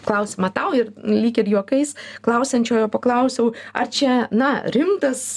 klausimą tau ir lyg ir juokais klausiančiojo paklausiau ar čia na rimtas